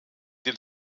den